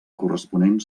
corresponent